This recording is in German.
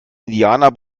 indianer